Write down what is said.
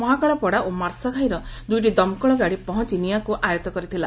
ମହାକାଳପଡ଼ା ଓ ମାର୍ଶାଘାଇର ଦୂଇଟି ଦମକଳ ଗାଡ଼ି ପହଞ୍ ନିଆଁକୁ ଆୟତ୍ତ କରିଥିଲା